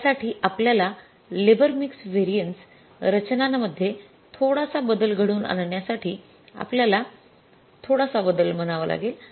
त्यासाठी आपल्याला labour mix variances रचनांमध्ये थोडासा बदल घडवून आणण्यासाठी आपल्याला थोडासा बदल म्हणावा लागेल